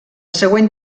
següent